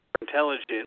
intelligent